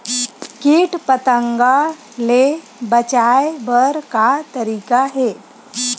कीट पंतगा ले बचाय बर का तरीका हे?